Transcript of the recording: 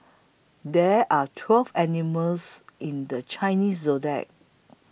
there are twelve animals in the Chinese zodiac